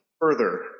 further